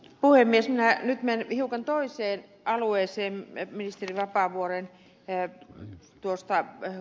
minä nyt menen hiukan toiseen alueeseen ministeri vapaavuoren vastuualueelta